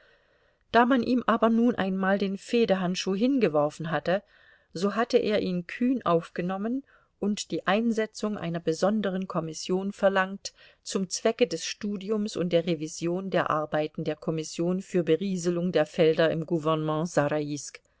da man ihm aber nun einmal den fehdehandschuh hingeworfen hatte so hatte er ihn kühn aufgenommen und die einsetzung einer besonderen kommission verlangt zum zwecke des studiums und der revision der arbeiten der kommission für berieselung der felder im gouvernement